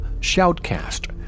Shoutcast